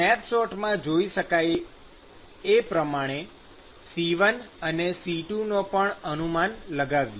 સ્નેપશૉટમાં જોઈ શકાય એ પ્રમાણે C1 અને C2 નો પણ અનુમાન લગાવીએ